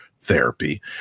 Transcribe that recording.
therapy